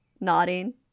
nodding